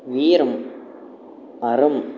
வீரம் அறம்